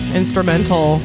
instrumental